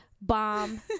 bomb